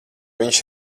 viņš